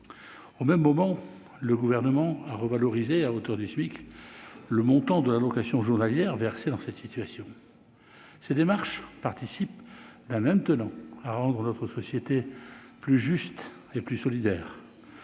Au même moment, le Gouvernement a revalorisé à hauteur du SMIC le montant de l'allocation journalière versée dans cette situation. Ces démarches participent, d'un même tenant, à rendre notre société plus juste et plus solidaire.